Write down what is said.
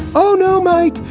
oh, no, mike.